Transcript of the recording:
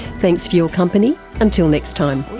thanks for your company, until next time